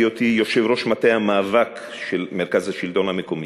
בהיותי יושב-ראש מטה המאבק של מרכז השלטון המקומי,